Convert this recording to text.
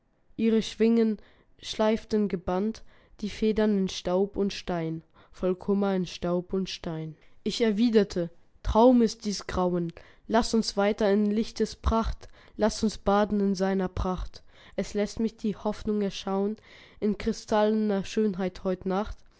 ihre schwingen schleiften gebannt die federn in staub und stein voll kummer in staub und stein ich erwiderte traum ist dies grauen laß uns weiter in lichtes pracht laß uns baden in seiner pracht es läßt mich die hoffnung erschauen in kristallener schönheit heut nacht